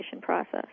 process